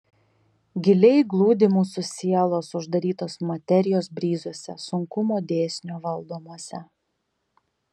giliai glūdi mūsų sielos uždarytos materijos bryzuose sunkumo dėsnio valdomuose